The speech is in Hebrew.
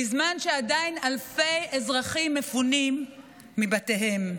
בזמן שעדיין אלפי אזרחים מפונים מבתיהם.